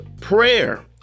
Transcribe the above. Prayer